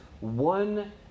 one